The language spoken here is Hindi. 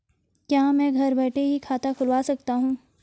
क्या मैं घर बैठे ही खाता खुलवा सकता हूँ?